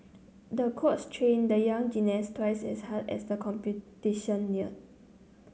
the coach trained the young gymnast twice as hard as the competition neared